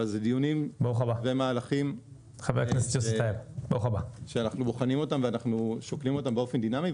אבל זה מהלכים שאנחנו בוחנים אותם ואנחנו שוקלים אותם באופן דינמי,